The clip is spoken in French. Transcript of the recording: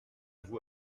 vous